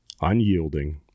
unyielding